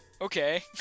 okay